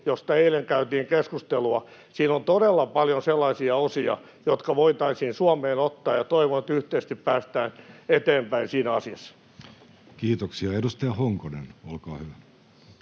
josta eilen käytiin keskustelua, on todella paljon sellaisia osia, jotka voitaisiin Suomeen ottaa, ja toivon, että yhteisesti päästään eteenpäin siinä asiassa. Kiitoksia. — Edustaja Honkonen, olkaa hyvä.